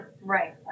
Right